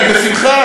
בשמחה.